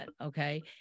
Okay